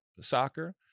soccer